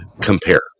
Compare